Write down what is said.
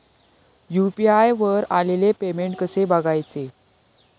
UPI वर आलेले payment कसे बघायचे?